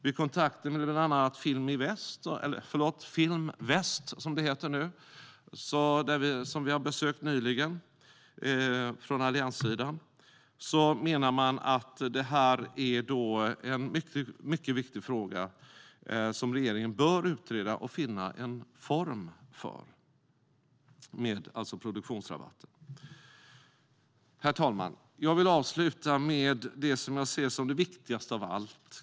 Vid kontakter med bland annat Film Väst, som vi från allianssidan har besökt nyligen, menar man att produktionsrabatten är en mycket viktig fråga som regeringen bör utreda och finna en form för. Herr talman! Jag vill avsluta med det som jag ser som det viktigaste av allt.